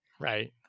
Right